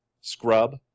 scrub